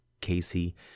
Casey